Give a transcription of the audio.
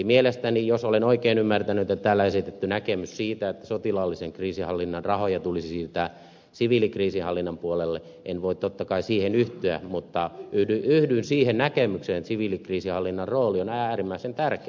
eli jos olen oikein ymmärtänyt että täällä on esitetty näkemys siitä että sotilaallisen kriisinhallinnan rahoja tulisi siirtää siviilikriisinhallinnan puolelle en voi totta kai siihen yhtyä mutta yhdyn siihen näkemykseen että siviilikriisinhallinnan rooli on äärimmäisen tärkeä